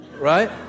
right